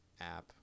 app